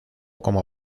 como